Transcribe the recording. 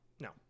no